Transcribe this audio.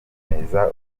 guhunga